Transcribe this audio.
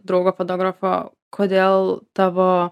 draugo fotografo kodėl tavo